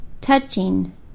Touching